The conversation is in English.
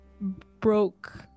broke